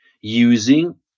using